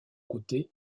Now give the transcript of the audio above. côté